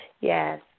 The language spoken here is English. Yes